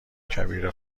کبیر